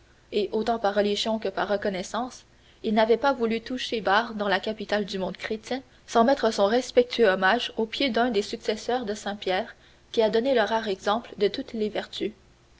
et autant par religion que par reconnaissance il n'avait pas voulu toucher barre dans la capitale du monde chrétien sans mettre son respectueux hommage aux pieds d'un des successeurs de saint pierre qui a donné le rare exemple de toutes les vertus